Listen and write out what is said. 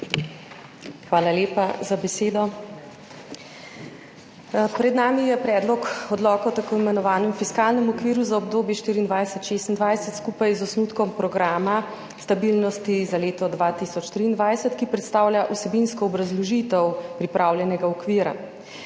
Hvala lepa za besedo. Pred nami je predlog odloka o tako imenovanem fiskalnem okviru za obdobje 2024-2026, skupaj z osnutkom programa stabilnosti za leto dva 2023, ki predstavlja vsebinsko obrazložitev pripravljenega okvira.